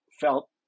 felt